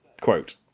quote